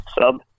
sub